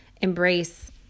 embrace